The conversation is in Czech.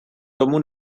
tomu